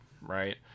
right